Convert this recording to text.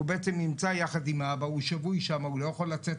הוא לא יכול לצאת.